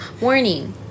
Warning